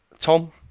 Tom